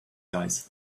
guys